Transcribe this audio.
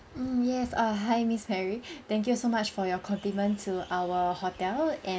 mm yes uh hi miss mary thank you so much for your compliment to our hotel and